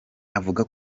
avuga